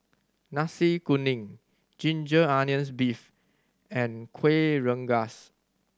Nasi Kuning ginger onions beef and Kueh Rengas